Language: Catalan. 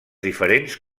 diferents